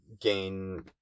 gain